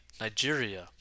Nigeria